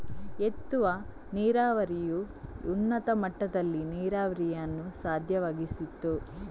ಎತ್ತುವ ನೀರಾವರಿಯು ಉನ್ನತ ಮಟ್ಟದಲ್ಲಿ ನೀರಾವರಿಯನ್ನು ಸಾಧ್ಯವಾಗಿಸಿತು